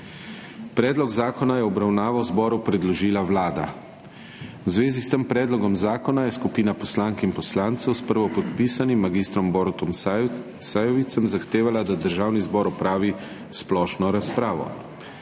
Predlog zakona je v obravnavo zboru predložila Vlada. V zvezi s tem predlogom zakona je skupina poslank in poslancev s prvopodpisanim mag. Borutom Sajovicem zahtevala, da Državni zbor opravi splošno razpravo.